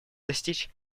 достичь